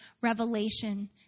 revelation